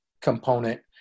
component